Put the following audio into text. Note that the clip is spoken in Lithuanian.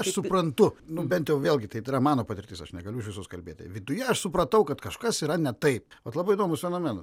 aš suprantu nu bent jau vėlgi tai yra mano patirtis aš negaliu už visus kalbėti viduje aš supratau kad kažkas yra ne taip vat labai įdomus fenomenas